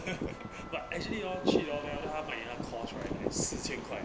but actually orh cheat lor then after 他卖了 course 四千块 eh